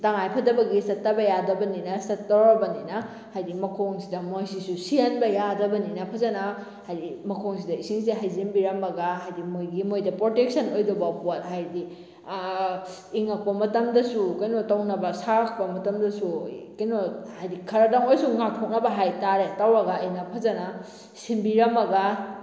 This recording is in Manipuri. ꯇꯉꯥꯏ ꯐꯗꯕꯒꯤ ꯆꯠꯇꯕ ꯌꯥꯗꯕꯅꯤꯅ ꯆꯠꯇꯧꯔꯕꯅꯤꯅ ꯍꯥꯏꯗꯤ ꯃꯈꯣꯡꯁꯤꯗ ꯃꯣꯏꯁꯤꯁꯨ ꯁꯤꯍꯟꯕ ꯌꯥꯗꯕꯅꯤꯅ ꯐꯖꯅ ꯍꯥꯏꯗꯤ ꯃꯈꯣꯡꯁꯤꯗ ꯏꯁꯤꯡꯁꯤ ꯍꯩꯖꯤꯟꯕꯤꯔꯝꯃꯒ ꯍꯥꯏꯗꯤ ꯃꯣꯏꯒꯤ ꯃꯣꯏꯗ ꯄ꯭ꯔꯣꯇꯦꯛꯁꯟ ꯑꯣꯏꯗꯧꯕ ꯄꯣꯠ ꯍꯥꯏꯗꯤ ꯏꯪꯉꯛꯄ ꯃꯇꯝꯗꯁꯨ ꯀꯩꯅꯣ ꯇꯧꯅꯕ ꯁꯥꯔꯛꯄ ꯃꯇꯝꯗꯁꯨ ꯀꯩꯅꯣ ꯍꯥꯏꯗꯤ ꯈꯔꯗꯪ ꯑꯣꯏꯔꯁꯨ ꯉꯥꯛꯊꯣꯛꯅꯕ ꯍꯥꯏ ꯇꯥꯔꯦ ꯇꯧꯔꯒ ꯑꯩꯅ ꯐꯖꯅ ꯁꯦꯝꯕꯤꯔꯝꯃꯒ